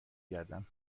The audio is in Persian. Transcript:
گردم